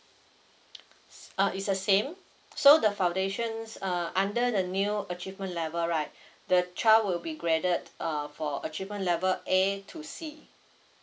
uh is the same so the foundations uh under the new achievement level right the child will be graded err for achievement level A to C